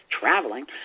traveling